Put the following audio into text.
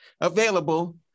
available